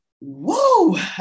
whoa